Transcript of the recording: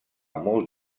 molt